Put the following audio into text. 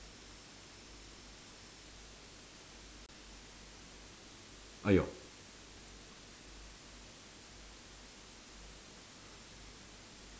!aiyo!